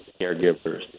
caregivers